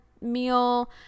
meal